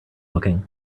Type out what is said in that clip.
looking